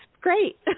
great